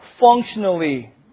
functionally